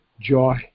joy